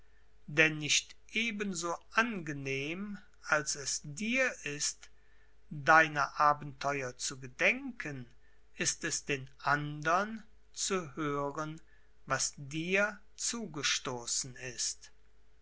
denn nicht ebenso angenehm als es dir ist deiner abenteuer zu gedenken ist es den andern zu hören was dir zugestoßen ist